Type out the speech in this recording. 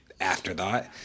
afterthought